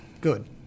Good